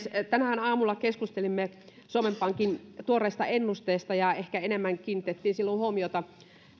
tänään aamulla keskustelimme suomen pankin tuoreesta ennusteesta ja ehkä enemmän kiinnitettiin silloin huomiota